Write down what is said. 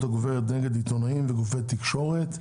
הגוברת נגד עיתונאים וגופי תקשורת",